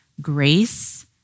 grace